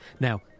Now